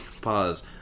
pause